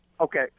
Okay